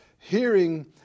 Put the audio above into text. hearing